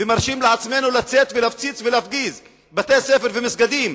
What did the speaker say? ומרשים לעצמנו לצאת ולהפציץ ולהפגיז בתי-ספר ומסגדים,